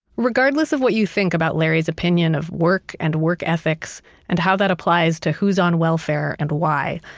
regardless of what you think about larry's opinion of work and work ethics and how that applies to who's on welfare and why,